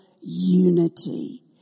unity